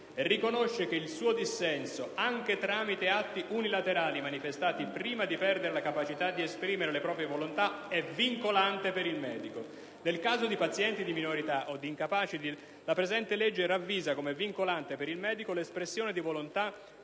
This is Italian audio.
«e riconosce che il suo dissenso, anche tramite atti unilaterali manifestati prima di perdere la capacità di esprimere le proprie volontà, è vincolante per il medico. Nel caso di pazienti di minore età o di incapaci la presente legge ravvisa come vincolante per il medico l'espressione di volontà